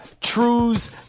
True's